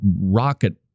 rocket